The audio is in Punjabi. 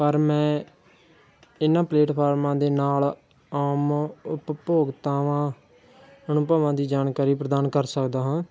ਪਰ ਮੈਂ ਇਹਨਾਂ ਪਲੇਟਫਾਰਮਾਂ ਦੇ ਨਾਲ ਆਮ ਉਪਭੋਗਤਾਵਾਂ ਅਨੁਭਵਾਂ ਦੀ ਜਾਣਕਾਰੀ ਪ੍ਰਦਾਨ ਕਰ ਸਕਦਾ ਹਾਂ